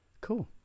Cool